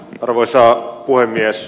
arvoisa puhemies